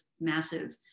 massive